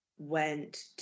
went